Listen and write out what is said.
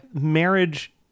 Marriage